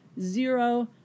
zero